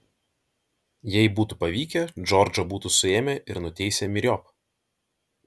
jei būtų pavykę džordžą būtų suėmę ir nuteisę myriop